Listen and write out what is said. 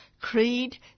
creed